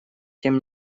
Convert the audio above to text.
тем